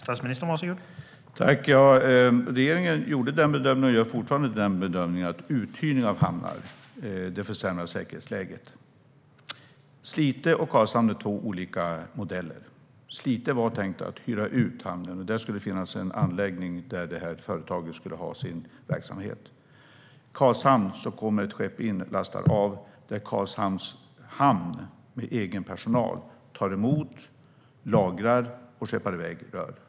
Herr talman! Regeringen gjorde och gör fortfarande bedömningen att uthyrning av hamnar försämrar säkerhetsläget. Slite och Karlshamn är två olika modeller. I Slite var tanken att hyra ut hamnen, och det skulle finnas en anläggning där företaget i fråga skulle ha sin verksamhet. I Karlshamn kommer ett skepp in och lastar av, och det är Karlshamns hamn, med egen personal, som tar emot, lagrar och skeppar iväg rör.